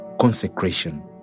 consecration